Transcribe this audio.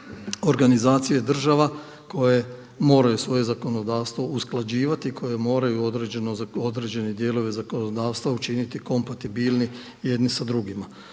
organizacije država koje moraju svoje zakonodavstvo usklađivati, koje moraju određene dijelove zakonodavstva učiniti kompatibilni jedni sa drugima.